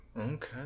Okay